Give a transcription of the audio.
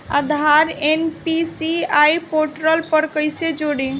आधार NPCI portal पर कईसे जोड़ी?